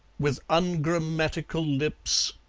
with ungrammatical lips,